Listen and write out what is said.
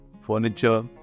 furniture